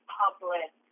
public